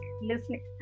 listening